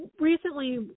recently